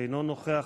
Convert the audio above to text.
אינו נוכח.